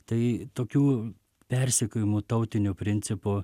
tai tokių persekiojimų tautiniu principu